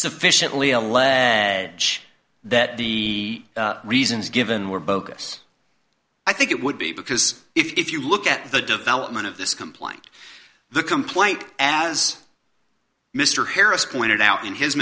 sufficiently alleged that the reasons given were bogus i think it would be because if you look at the development of this complaint the complaint as mr harris pointed out in his